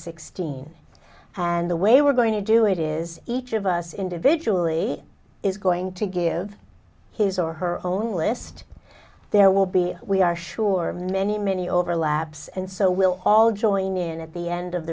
sixteen and the way we're going to do it is each of us individually is going to give his or her own list there will be we are sure many many overlaps and so will all join in at the end of